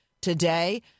today